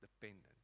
dependent